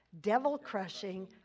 devil-crushing